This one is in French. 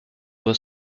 doit